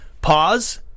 pause